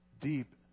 deep